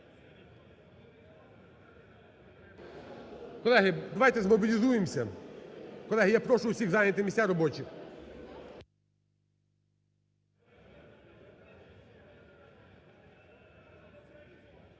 Колеги, давайте змобілізуємся. Колеги, я прошу всіх зайняти місця робочі.